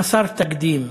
חסר תקדים,